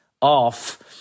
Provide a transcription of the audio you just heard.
off